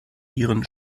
ihren